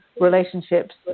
relationships